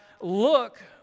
look